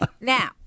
Now